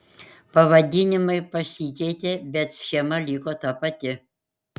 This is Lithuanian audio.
pavadinimai pasikeitė bet schema liko ta pati